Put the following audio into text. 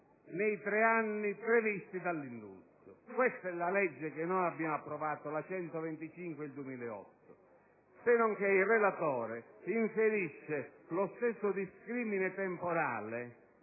nei tre anni previsti dall'indulto. Questa è la legge che abbiamo approvato, la n. 125 del 2008. Il relatore inserisce lo stesso discrimine temporale,